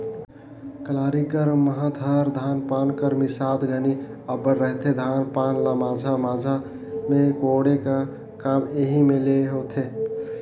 कलारी कर महत हर धान पान कर मिसात घनी अब्बड़ रहथे, धान पान ल माझा माझा मे कोड़े का काम एही मे ले होथे